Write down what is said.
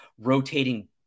rotating